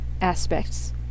aspects